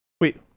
Wait